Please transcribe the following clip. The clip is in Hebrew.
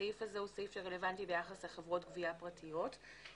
הסעיף הזה הוא סעיף שרלוונטי ביחס לחברות גבייה פרטיות כיוון